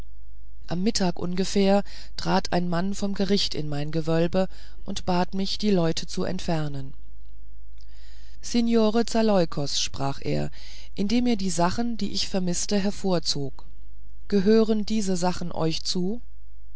um mittag ungefähr trat ein mann vom gericht in mein gewölbe und bat mich die leute zu entfernen signore zaleukos sprach er indem er die sachen die ich vermißt hervorzog gehören diese sachen euch zu